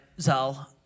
Zal